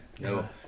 No